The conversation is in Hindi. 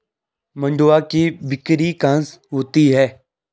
मंडुआ की बिक्री कहाँ होती है?